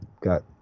got